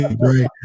right